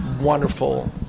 wonderful